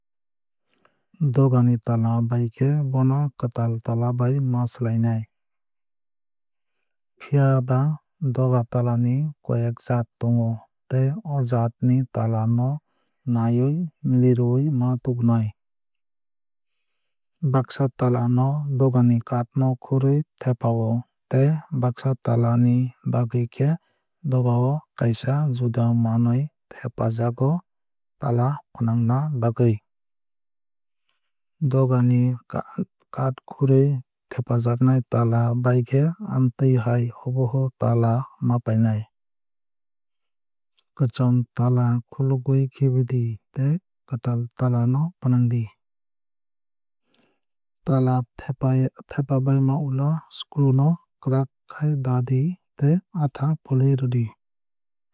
Doga ni tala baikhe bono kwtal tala bai ma swlanai. Phiaba doga tala ni koi ek jaat tongo tei o jaat ni tala no nawui milirwui ma tubunai. Baksa tala no dogani kath no khurui thepa o tei baksa tala ni bagwui khe doga o kaisa juda manui thepajago tala fwnangna bagwui. Doga ni kath khurui thepajaknai tala baikhe amtwui hai hubuhu tala ma painai. Kwcham tala khulugwui khibidi tei kwtal tala no fwnangdi. Tala thepabai ulo screw no kwrak khai dadi tei atha fului rwdi.